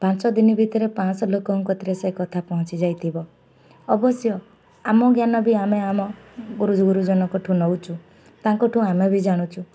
ପାଞ୍ଚ ଦିନ ଭିତରେ ପାଞ୍ଚଶହ ଲୋକଙ୍କ ଠାରେ ସେ କଥା ପହଞ୍ଚି ଯାଇଥିବ ଅବଶ୍ୟ ଆମ ଜ୍ଞାନ ବି ଆମେ ଆମ ଗୁରୁଜନଙ୍କଠୁ ନେଉଛୁ ତାଙ୍କଠୁ ଆମେ ବି ଜାଣୁଛୁ